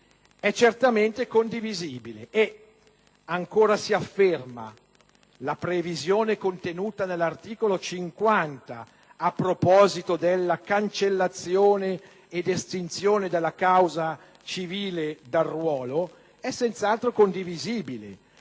è certamente condivisibile. Ancora in tale nota si afferma che la previsione contenuta nell'articolo 50, a proposito della cancellazione ed estinzione della causa civile dal ruolo, è senz'altro condivisibile